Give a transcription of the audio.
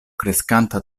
kreskanta